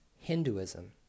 hinduism